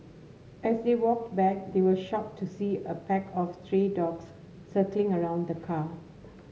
as they walked back they were shocked to see a pack of stray dogs circling around the car